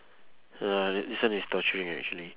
ya this one is torturing actually